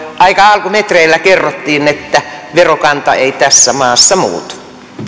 aika alkumetreillä kerrottiin että verokanta ei tässä maassa muutu